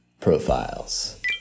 profiles